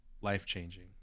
life-changing